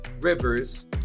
Rivers